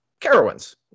carowinds